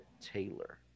Taylor